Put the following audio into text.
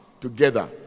together